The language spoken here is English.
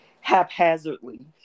haphazardly